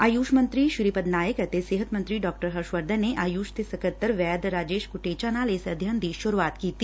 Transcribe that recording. ਆਯੁਸ਼ ਮੰਤਰੀ ਸ੍ਰੀ ਪਦ ਨਾਇਕ ਅਤੇ ਸਿਹਤ ਮੰਤਰੀ ਡਾ ਹਰਸ਼ਵਰਧਨ ਨੇ ਆਯੂਸ਼ ਦੇ ਸਕੱਤਰ ਵੈਦ ਰਾਜੇਸ਼ ਕੁਟਚਾ ਨਾਲ ਇਸ ਅਧਿਐਨ ਦੀ ਸੂਰੁਆਤ ਕੀਤੀ